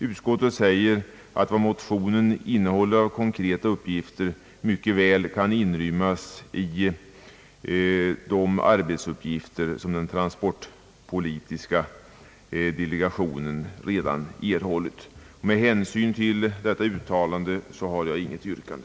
Utskottet säger att vad motionen innehåller av konkreta uppgifter mycket väl kan inrymmas i de arbetsuppgifter som den trafikpolitiska delegationen redan erhållit. Med hänsyn till detta uttalande har jag inget yrkande.